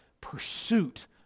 pursuit